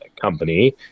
Company